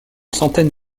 centaine